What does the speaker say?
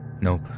Nope